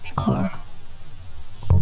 car